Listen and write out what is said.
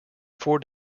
four